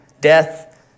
death